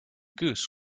goose